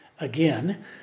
again